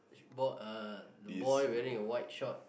uh boy wearing a white short